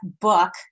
book